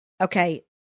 Okay